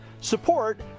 support